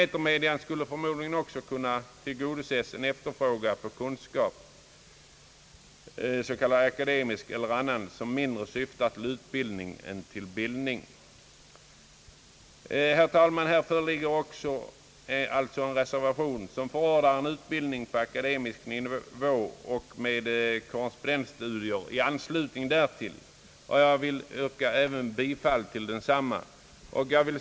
Etermedia skulle förmodligen också kunna tillgodose efterfrågan på s.k. akademisk kunskap eller annan kunskap som mera syftar till utbildning än till bildning. Herr talman! I reservation 6 ingår också ett förslag som förordar en utbildning på akademisk nivå med korrespondensstudier i anslutning därtill, och jag yrkar bifall till detsamma.